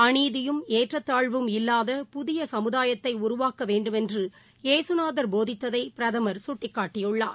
அநீதியும் ஏற்றத்தாழ்வும் இல்லாத புதிய சமுதாயத்தை உருவாக்கவேண்டும் என்று ஏசுநாதர் போதித்ததை பிரதமர் சுட்டிக்காட்டியுள்ளார்